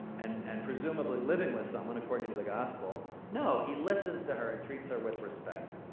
and and presumably living with someone according to the gospel. no, he listens to her and treats her with respect!